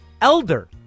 elder